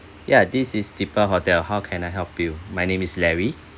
ya this is deepa hotel how can I help you my name is larry